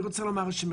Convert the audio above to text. טוב.